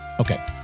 Okay